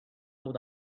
what